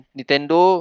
Nintendo